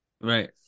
Right